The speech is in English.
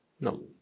no